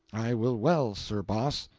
i will well, sir boss,